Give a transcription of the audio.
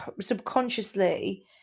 subconsciously